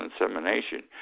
insemination